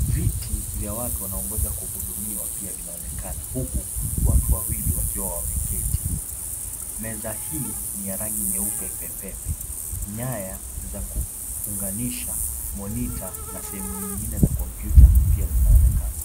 viti vya watu wanaongoja kuhudumiwa pia vinaonekana huku watu wawili wakiwa wameketi , meza hii ni ya rangi nyeupe pepepe, nyaya za kuunganisha monitor na sehemu nyingine za computer pia zinaonekana.